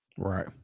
right